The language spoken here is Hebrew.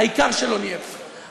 העיקר שלא נהיה פה.